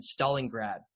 stalingrad